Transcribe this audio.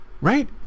right